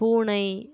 பூனை